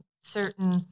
certain